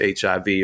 HIV